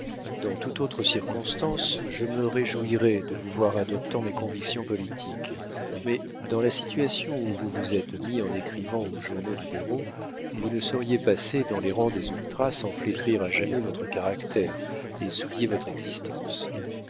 dans toute autre circonstance je me réjouirais de vous voir adoptant mes convictions politiques mais dans la situation où vous vous êtes mis en écrivant aux journaux libéraux vous ne sauriez passer dans les rangs des ultras sans flétrir à jamais votre caractère et souiller votre existence